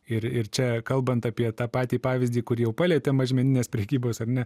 ir ir čia kalbant apie tą patį pavyzdį kurį jau palietėm mažmeninės prekybos ar ne